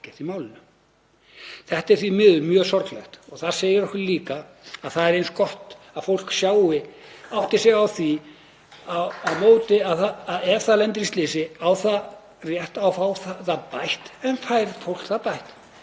í málinu. Þetta er mjög sorglegt og segir okkur líka að það er eins gott að fólk átti sig á því á móti að ef það lendir í slysi á það rétt á að fá það bætt. En fær fólk það bætt?